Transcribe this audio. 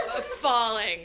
Falling